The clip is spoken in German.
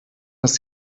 dass